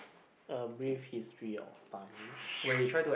a brief history or fun